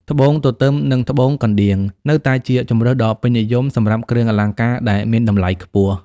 ត្បូងទទឹម និងត្បូងកណ្ដៀង នៅតែជាជម្រើសដ៏ពេញនិយមសម្រាប់គ្រឿងអលង្ការដែលមានតម្លៃខ្ពស់។